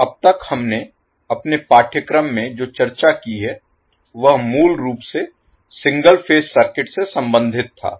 तो अब तक हमने अपने पाठ्यक्रम में जो चर्चा की है वह मूल रूप से सिंगल फेज सर्किट से संबंधित था